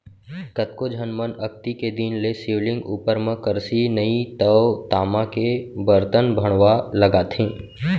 कतको झन मन अक्ती के दिन ले शिवलिंग उपर म करसी नइ तव तामा के बरतन भँड़वा लगाथे